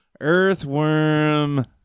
Earthworm